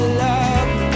love